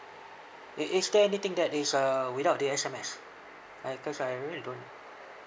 i~ is there anything that is uh without the S_M_S right cause I really don't